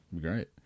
Great